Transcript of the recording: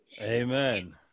Amen